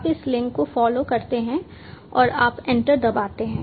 आप इस लिंक को फॉलो करते हैं और आप एंटर दबाते हैं